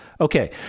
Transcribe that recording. Okay